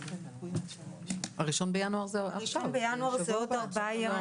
1 בינואר זה בעוד ארבעה ימים.